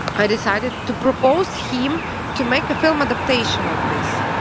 i decided to propose him to make a film adaptation of this.